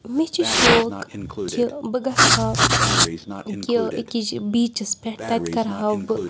مےٚ چھِ شوق کہِ بہٕ گژھٕ ہا یہِ أکِس یہِ بیٖچَس پٮ۪ٹھ تَتہِ کَرٕہَو بہٕ